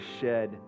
shed